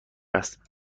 است